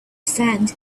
sand